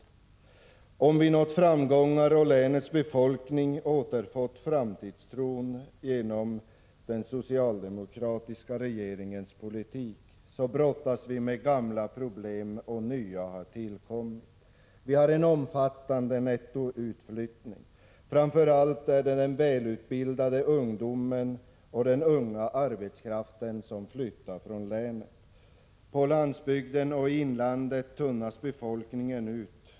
Men även om vi har nått framgångar och länets befolkning återfått framtidstron genom den socialdemokratiska regeringens politik brottas vi med gamla problem, och nya har tillkommit. Vi har en omfattande nettoutflyttning. Framför allt är det den välutbildade ungdomen och den unga arbetskraften som flyttar från länet. På landsbygden och i inlandet tunnas befolkningen ut.